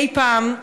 אי-פעם.